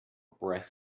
breath